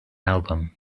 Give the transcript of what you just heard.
album